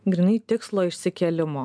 grynai tikslo išsikėlimo